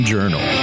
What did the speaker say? Journal